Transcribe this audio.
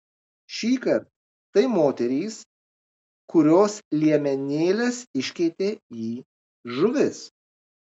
šįkart tai moterys kurios liemenėles iškeitė į žuvis